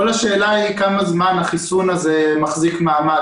השאלה היא כמה זמן החיסון הזה מחזיק מעמד,